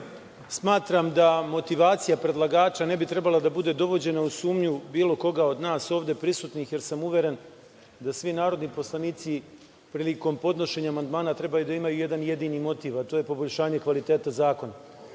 smatram da motivacija predlagača ne bi trebalo da bude dovođena u sumnju bilo koga od nas ovde prisutnih, jer sam uveren da svi narodni poslanici prilikom podnošenja amandmana treba da imaju jedan jedini motiv, a to je poboljšanje kvaliteta zakona,